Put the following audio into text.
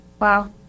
Wow